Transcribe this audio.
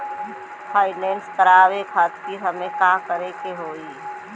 Finance करावे खातिर हमें का करे के होई?